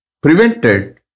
prevented